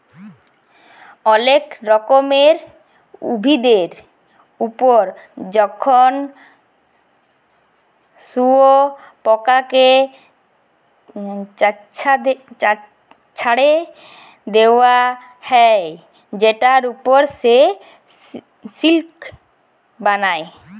অলেক রকমের উভিদের ওপর যখন শুয়পকাকে চ্ছাড়ে দেওয়া হ্যয় সেটার ওপর সে সিল্ক বালায়